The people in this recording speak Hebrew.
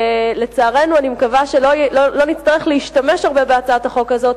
אני מקווה שלא נצטרך להשתמש הרבה בהצעת החוק הזאת,